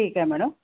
ठीक आहे मॅडम